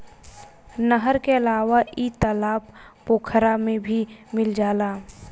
नहर के अलावा इ तालाब पोखरा में भी मिल जाला